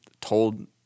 told